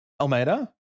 Almeida